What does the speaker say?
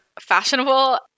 fashionable